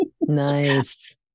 Nice